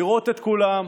לראות את כולם.